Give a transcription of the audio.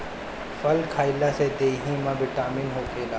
फल खइला से देहि में बिटामिन होखेला